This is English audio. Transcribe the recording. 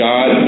God